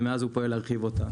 ומאז הוא פועל להרחיב אותה.